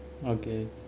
okay